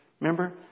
Remember